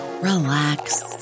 relax